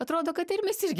atrodo kad ir mes irgi